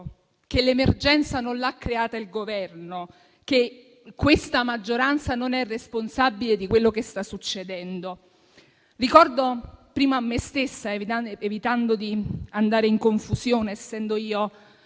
che l'emergenza non l'ha creata il Governo; che questa maggioranza non è responsabile di quello che sta succedendo. Ricordo prima a me stessa, evitando di andare in confusione, essendo io